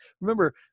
Remember